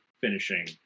finishing